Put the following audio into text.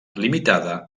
limitada